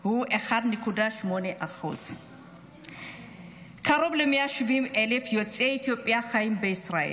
הוא 1.8%. קרוב ל-170,000 יוצאי אתיופיה חיים בישראל,